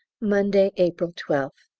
monday, april twelfth.